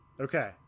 okay